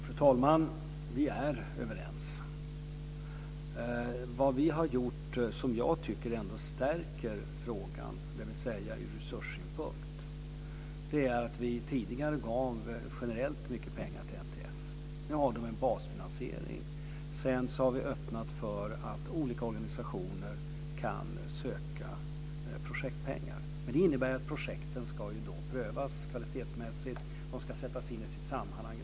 Fru talman! Vi är överens. De förstärkningar som regeringen har gjort ur resurssynpunkt är att vi tidigare gav mycket pengar generellt till NTF. Nu har NTF en basfinansiering. Vi har också öppnat för att olika organisationer kan söka projektpengar. Projekten ska prövas kvalitetsmässigt och sättas in i sitt sammanhang.